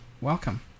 welcome